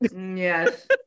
yes